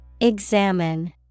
Examine